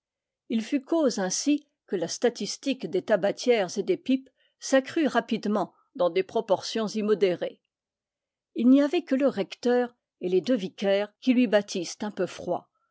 il fut cause ainsi que la statistique des tabatières et des pipes s'accrut rapidement dans des proportions immo dérées il n'y avait que le recteur et les deux vicaires qui lui battissent un peu froid